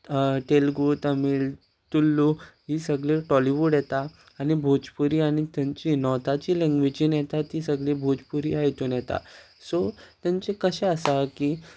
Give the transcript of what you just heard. तेलुगू तमिळ तुलू ही सगळी टॉलीवूड येता आनी भोजपुरी आनी थंयची नॉर्थाची लँग्वेजीन येता ती सगळी भोजपुरी हितून येता सो तांचे कशें आसा की